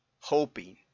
hoping